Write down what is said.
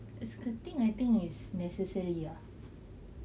skirting I think is necessary ah